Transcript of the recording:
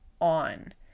on